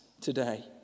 today